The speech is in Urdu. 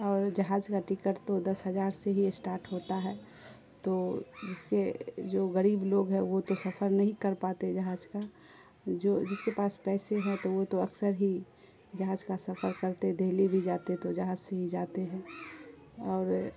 اور جہاز کا ٹکٹ تو دس ہزار سے ہی اشٹاٹ ہوتا ہے تو جس کے جو غریب لوگ ہے وہ تو سفر نہیں کر پاتے جہاز کا جو جس کے پاس پیسے ہیں تو وہ تو اکثر ہی جہاز کا سفر کرتے دہلی بھی جاتے تو جہاز سے ہی جاتے ہیں اور